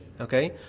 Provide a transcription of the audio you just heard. Okay